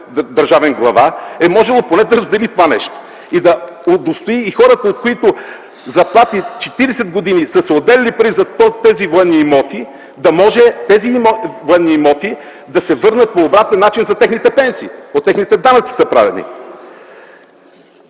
държавен глава, е можело поне да раздели това нещо и да удостои хората, от които 40 години са се отделяли пари за тези военни имоти, да може тези военни имоти да се върнат по обратен начин за техните пенсии. Правени са от техните